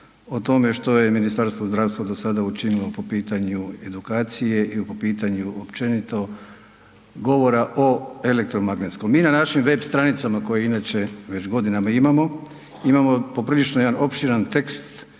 o tome što je Ministarstvo zdravstva do sada učinilo po pitanju edukacije i po pitanju općenito govora o elektromagnetskom. Mi na našim web stranicama koje inače već godinama imamo, imamo poprilično jedan opširan tekst